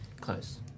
close